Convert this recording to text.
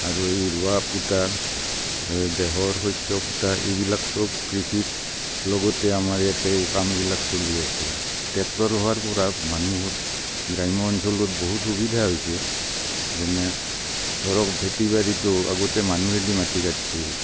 আৰু এই ৰোৱা পোটা বেহৰ শস্য পোটা এইবিলাক চব কৃষিৰ লগতে আমাৰ ইয়াতে কামবিলাক চলি আছে ট্ৰেক্টৰ হোৱাৰ পৰা মানুহৰ গ্ৰাম্য অঞ্চলত বহুত সুবিধা হৈছে যেনে ধৰক খেতি বাৰীতো আগতে মানুহে দি মাটি কাটিছিল